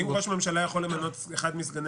האם ראש הממשלה יכול למנות את אחד מסגני